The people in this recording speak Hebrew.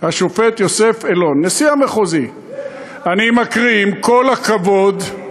השופט יוסף אלון, אני מקריא: "עם כל הכבוד,